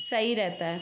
सही रहता है